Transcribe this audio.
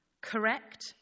correct